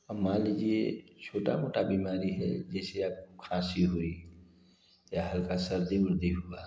अब मान लीजिए छोटी मोटी बीमारी है जैसे आप खाँसी हुई या हल्की सर्दी उर्दी हुई